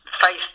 face